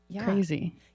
crazy